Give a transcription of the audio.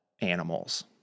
animals